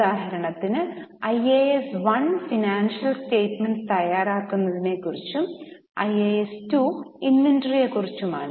ഉദാഹരണത്തിന് IAS 1 financial statements തയ്യാറാക്കുന്നതിനെക്കുറിച്ചും IAS 2 ഇൻവെന്ററിയെ കുറിച്ചാണ്